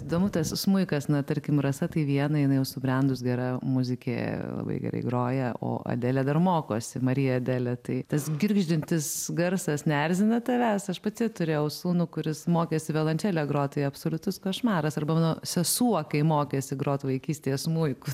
įdomu tas smuikas na tarkim rasa tai viena jinai jau subrendus gera muzikė labai gerai groja o adelė dar mokosi marija adelė tai tas girgždintis garsas neerzina tavęs aš pati turėjau sūnų kuris mokėsi violončele grot tai absoliutus košmaras arba mano sesuo kai mokėsi grot vaikystėje smuiku